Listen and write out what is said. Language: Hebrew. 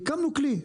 הקמנו כלי,